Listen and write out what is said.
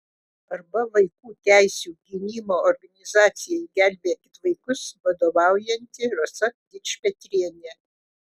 arba vaikų teisių gynimo organizacijai gelbėkit vaikus vadovaujanti rasa dičpetrienė